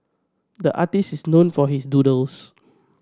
the artist is known for his doodles